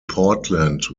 portland